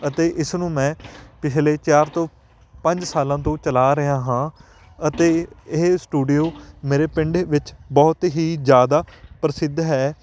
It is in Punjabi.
ਅਤੇ ਇਸ ਨੂੰ ਮੈਂ ਪਿਛਲੇ ਚਾਰ ਤੋਂ ਪੰਜ ਸਾਲਾਂ ਤੋਂ ਚਲਾ ਰਿਹਾ ਹਾਂ ਅਤੇ ਇਹ ਸਟੂਡੀਓ ਮੇਰੇ ਪਿੰਡ ਵਿੱਚ ਬਹੁਤ ਹੀ ਜ਼ਿਆਦਾ ਪ੍ਰਸਿੱਧ ਹੈ